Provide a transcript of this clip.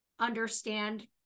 understand